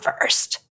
first